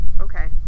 Okay